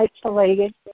isolated